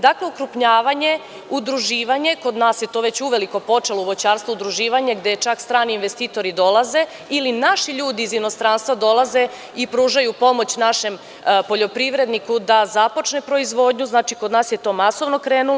Dakle, ukrupnjavanje, udruživanje, kod nas je to uveliko počelo uvoćarstvu, udruživanje, gde čak i strani investitori dolaze, ili naši ljudi iz inostranstva dolaze i pružaju pomoć našem poljoprivredniku da započne proizvodnju, znači, kod nas je to masovno krenulo.